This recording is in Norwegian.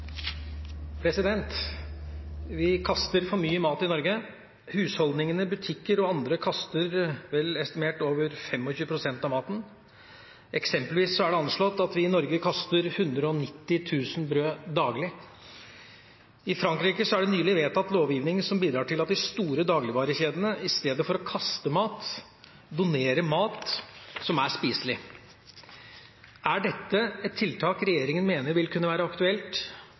kaster for mye mat i Norge. Husholdningene, butikker og andre kaster over 25 pst. av maten. Eksempelvis er det anslått at vi i Norge kaster 190 000 brød daglig. I Frankrike er det nylig vedtatt lovgivning som bidrar til at de store dagligvarekjedene i stedet for å kaste mat, donerer mat som er spiselig. Er dette et tiltak regjeringen mener vil kunne være aktuelt,